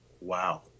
Wow